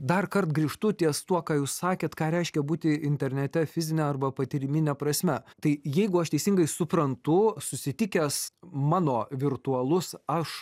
darkart grįžtu ties tuo ką jūs sakėt ką reiškia būti internete fizine arba patyrimine prasme tai jeigu aš teisingai suprantu susitikęs mano virtualus aš